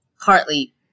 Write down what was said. partly